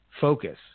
focus